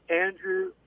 Andrew